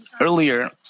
Earlier